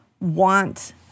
want